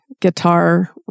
guitar